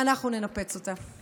אנחנו ננפץ אותה,